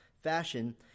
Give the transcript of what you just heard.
fashion